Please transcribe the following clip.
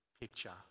picture